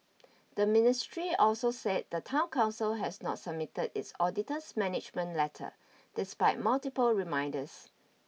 the ministry also said the town council has not submitted its auditor's management letter despite multiple reminders